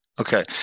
okay